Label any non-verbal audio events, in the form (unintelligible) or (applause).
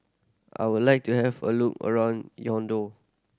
I would like to have a look around (unintelligible)